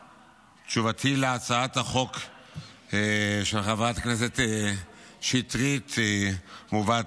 תשובתי על הצעת החוק של חברת הכנסת שטרית מובאת